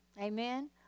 Amen